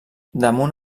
damunt